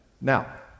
Now